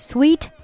？Sweet